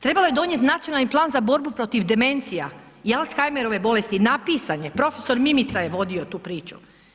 Trebalo je donijeti nacionalni plan za borbu protiv demencija i Alzheimerove bolesti, napisan je, prof. Mimica je vodio tu priču.